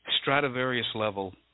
Stradivarius-level